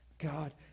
God